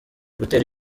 gutera